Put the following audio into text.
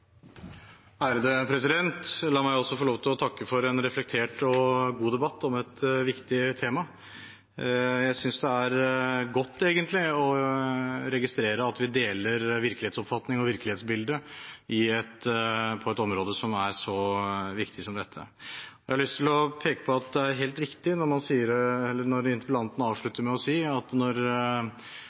i debatten. La meg også få lov til å takke for en reflektert og god debatt om et viktig tema. Jeg synes egentlig det er godt å registrere at vi deler virkelighetsoppfatning og virkelighetsbilde på et område som er så viktig som dette. Jeg har lyst til å peke på at det er helt riktig når interpellanten avslutter med å si at når